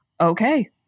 okay